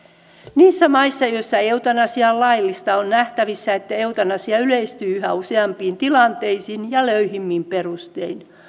niissä maissa joissa eutanasia on laillista on nähtävissä että eutanasia yleistyy yhä useampiin tilanteisiin ja löyhimmin perustein